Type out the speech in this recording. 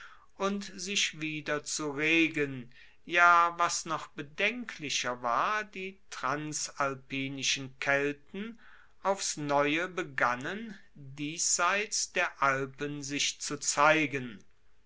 und sich wieder zu regen ja was noch bedenklicher war die transalpinischen kelten aufs neue begannen diesseits der alpen sich zu zeigen